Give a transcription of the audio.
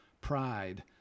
pride